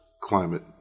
climate